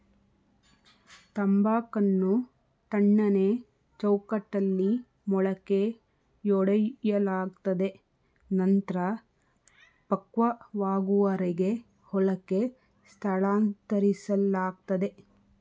ತಂಬಾಕನ್ನು ತಣ್ಣನೆ ಚೌಕಟ್ಟಲ್ಲಿ ಮೊಳಕೆಯೊಡೆಯಲಾಗ್ತದೆ ನಂತ್ರ ಪಕ್ವವಾಗುವರೆಗೆ ಹೊಲಕ್ಕೆ ಸ್ಥಳಾಂತರಿಸ್ಲಾಗ್ತದೆ